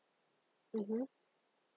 mmhmm